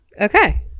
Okay